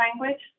language